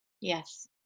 Yes